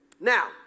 Now